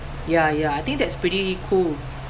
ya ya I think that's pretty cool